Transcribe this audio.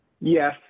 Yes